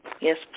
Yes